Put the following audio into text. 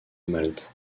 malte